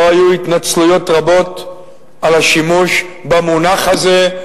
לא היו התנצלויות רבות על השימוש במונח הזה.